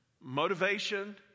motivation